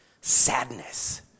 sadness